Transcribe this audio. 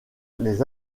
les